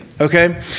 okay